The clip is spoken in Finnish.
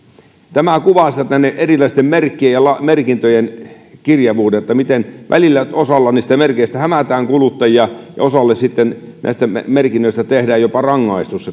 tämä kuvaa sen erilaisten merkkien ja merkintöjen kirjavuutta miten välillä osalla niistä merkeistä hämätään kuluttajia ja osalle näistä merkinnöistä sitten tehdään jopa rangaistus